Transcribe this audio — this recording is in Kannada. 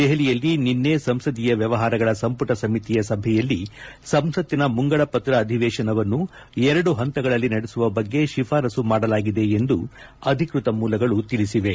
ದೆಹಲಿಯಲ್ಲಿ ನಿನ್ನೆ ಸಂಸದೀಯ ವ್ಯವಹಾರಗಳ ಸಂಪುಟ ಸಮಿತಿಯ ಸಭೆಯಲ್ಲಿ ಸಂಸತ್ತಿನ ಮುಂಗಡಪತ್ರ ಅಧಿವೇಶನವನ್ನು ಎರಡು ಹಂತಗಳಲ್ಲಿ ನಡೆಸುವ ಬಗ್ಗೆ ಶಿಫಾರಸ್ತು ಮಾಡಲಾಗಿದೆ ಎಂದು ಅಧಿಕೃತ ಮೂಲಗಳು ತಿಳಿಸಿವೆ